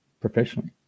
professionally